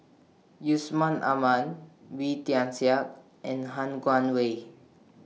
Yusman Aman Wee Tian Siak and Han Guangwei